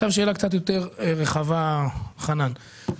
עכשיו שאלה קצת יותר רחבה שמופנית לחנן פריצקי.